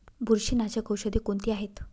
बुरशीनाशक औषधे कोणती आहेत?